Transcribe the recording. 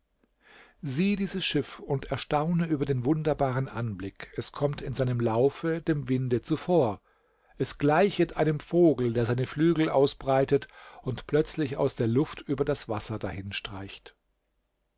sieh dieses schiff und erstaune über den wunderbaren anblick es kommt in seinem laufe dem winde zuvor es gleichet einem vogel der seine flügel ausbreitet und plötzlich aus der luft über das wasser